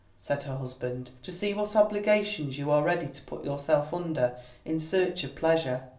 said her husband, to see what obligations you are ready to put yourself under in search of pleasure.